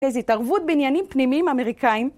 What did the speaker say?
איזו התערבות בעניינים פנימיים אמריקאים